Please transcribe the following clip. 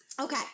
Okay